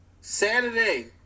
Saturday